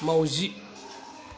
माउजि